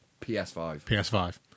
PS5